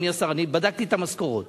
אדוני השר: בדקתי את המשכורות,